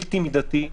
בלתי מידתי,